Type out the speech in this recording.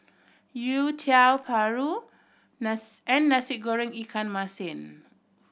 youtiao paru and Nasi Goreng ikan masin